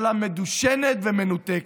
ממשלה מדושנת ומנותקת.